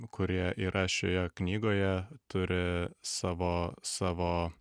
kurie yra šioje knygoje turi savo savo